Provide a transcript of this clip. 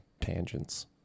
tangents